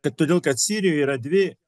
todėl kad sirijoj yra dvi